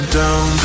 down